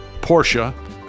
Porsche